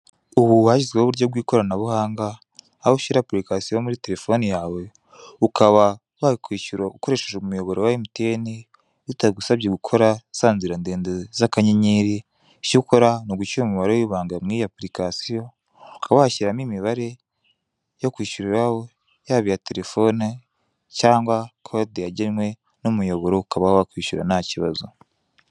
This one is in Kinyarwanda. Ubu hashyizweho uburyo bw'ikoranabuhanga, aho ushyira apurikasiyo muri terefoni yawe, ukaba wakwishyura ukoresheje umuyoboro wa MTN bitagusabye gukora za nzira ndende z'akanyeri, icyo ukora ni ugushyira umubare w'ibanga muri iyo apurikasiyo, ukaba washyiramo imibare yo kwishyura yaba iya terefone cyangwa kode yagenwe n'umuyoboro, ukaba wakwishyura nta kibazo.